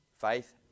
faith